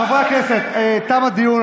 חברי הכנסת, תם הדיון.